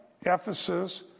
Ephesus